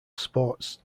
sports